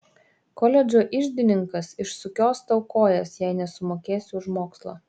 koledžo iždininkas išsukios tau kojas jei nesumokėsi už mokslą